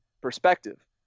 perspective